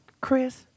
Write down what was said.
Chris